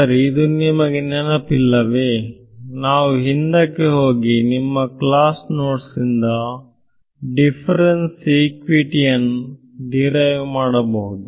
ಸರಿ ಇದು ನಿಮಗೆ ನೆನಪಿಲ್ಲವೇ ನಾವು ಹಿಂದಕ್ಕೆ ಹೋಗಿ ನಿಮ್ಮ ಕ್ಲಾಸ್ ನೋಟ್ಸ್ ಇಂದ ದಿಫರೆನ್ಸ್ ಇಕ್ವಟಿಯನ್ ಡಿರೈವ ಮಾಡಬಹುದು